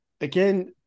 again